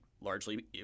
Largely